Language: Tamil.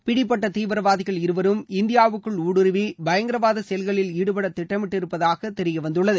பிடிப்பட்ட தீவிரவாதிகள் இருவரும் இந்தியாவுக்குள் ஊடுருவி பயங்கரவாத செயல்களில் ஈடுபட திட்டமிடப்பட்டிருந்ததாக தெரிய வந்துள்ளது